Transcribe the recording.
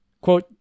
Quote